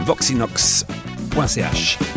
voxinox.ch